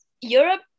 Europe